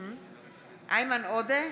איימן עודה,